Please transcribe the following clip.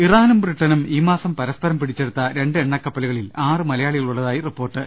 ഇറാനും ബ്രിട്ടനും ഈ മാസം പരസ്പരം പിടിച്ചെടുത്ത രണ്ട് എണ്ണക്കപ്പലു കളിൽ ആറു മലയാളികൾ ഉള്ളതായി റിപ്പോർട്ട്